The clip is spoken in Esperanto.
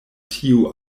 tiu